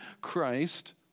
Christ